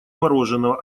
мороженого